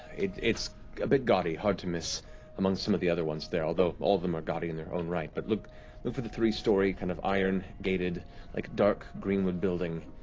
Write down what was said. it's it's a bit gaudy, hard to miss amongst some of the other ones there, although all of them are gaudy in their own right. but look for the three-story, kind of iron-gated, like dark greenwood building